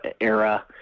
era